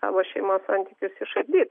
savo šeimos santykius išardyt